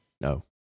No